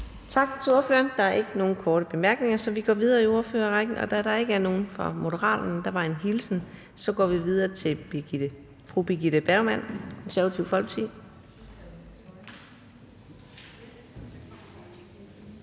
Tak til ordføreren. Der er ikke nogen korte bemærkninger, så vi går videre i ordførerrækken. Da der ikke er nogen fra Moderaterne – der var dog en hilsen – går vi videre til fru Birgitte Bergman fra Det Konservative Folkeparti.